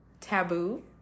taboo